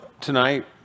tonight